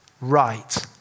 right